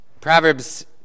Proverbs